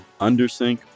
Undersink